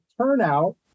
turnout